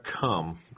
come